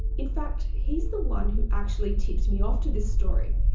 in fact, he's the one who actually tipped me off to this story.